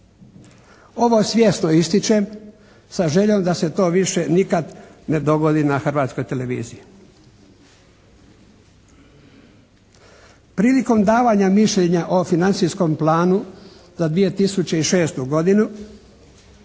Ovo svjesno ističem sa željom da se to više nikad ne dogodi na Hrvatskoj televiziji. Prilikom davanja mišljenja o financijskom planu za 2006. godinu